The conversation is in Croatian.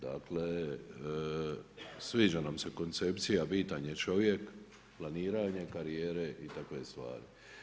Dakle, sviđa nam se koncepcija, bitan je čovjek, planiranje karijere i takve stvari.